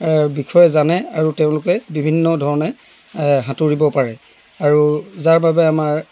বিষয়ে জানে আৰু তেওঁলোকে বিভিন্ন ধষ্ণে সাঁতোৰিব পাৰে আৰু যাৰ বাবে আমাৰ